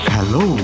Hello